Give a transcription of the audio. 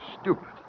stupid